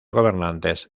gobernantes